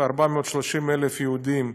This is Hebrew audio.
430,000 יהודים,